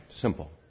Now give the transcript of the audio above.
simple